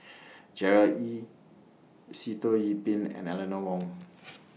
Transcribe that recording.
Gerard Ee Sitoh Yih Pin and Eleanor Wong